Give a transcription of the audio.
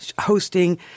hosting